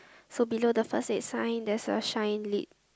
so below the first aid sign there's a shine lip